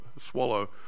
swallow